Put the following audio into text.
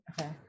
Okay